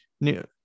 new